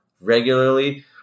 regularly